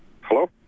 Hello